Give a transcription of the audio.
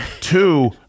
Two